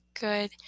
good